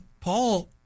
Paul